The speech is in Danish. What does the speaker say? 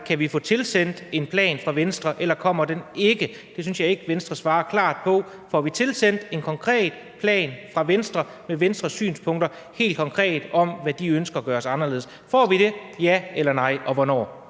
Kan vi få tilsendt en plan fra Venstre, eller kommer den ikke? Det synes jeg ikke Venstre svarer klart på. Får vi tilsendt en konkret plan fra Venstre med Venstres synspunkter og med, hvad de helt konkret ønsker skal gøres anderledes? Får vi det – ja eller nej – og hvornår?